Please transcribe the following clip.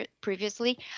previously